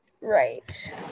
Right